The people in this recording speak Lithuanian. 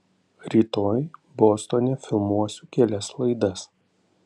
rytoj bostone filmuosiu kelias laidas